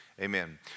Amen